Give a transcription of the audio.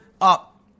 up